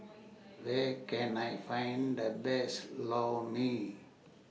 Where Can I Find The Best Lor Mee